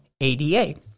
ADA